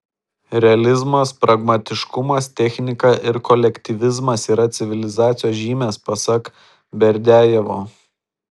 realizmas pragmatiškumas technika ir kolektyvizmas yra civilizacijos žymės pasak berdiajevo